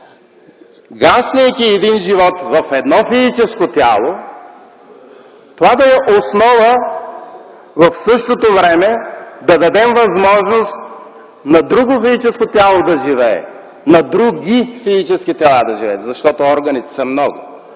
гаснейки един живот в едно физическо тяло, това да е основа в същото време да дадем възможност на друго физическо тяло да живее, на други физически тела да живеят, защото органите са много?